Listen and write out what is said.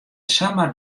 samar